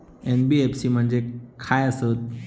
NBFC म्हणजे खाय आसत?